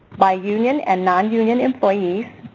by union and non-union employees.